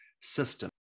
system